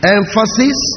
emphasis